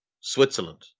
Switzerland